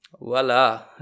voila